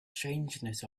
strangeness